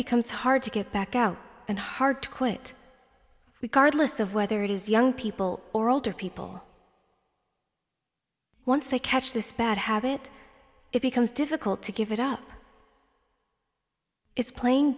becomes hard to get back out and hard to quit we cardless of whether it is young people or older people once they catch this bad habit it becomes difficult to give it up is playing